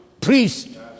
priest